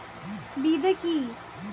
বিদে কি?